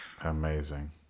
Amazing